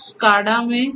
उस SCADA में